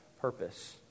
purpose